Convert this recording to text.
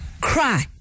cry